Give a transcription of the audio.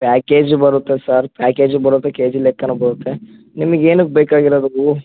package ಬರುತ್ತೆ sir package ಬರೋದು K G ಲೆಕ್ಕನೇ ಬರುತ್ತೆ ನಿಮಗೆ ಏನಕ್ಕೆ ಬೇಕಾಗಿರೋದು ಹೂವು